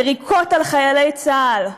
יריקות על חיילי צה"ל,